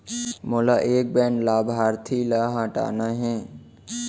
मोला एक बैंक लाभार्थी ल हटाना हे?